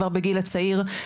כבר בגיל הצעיר,